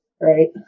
right